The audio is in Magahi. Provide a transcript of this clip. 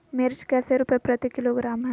मिर्च कैसे रुपए प्रति किलोग्राम है?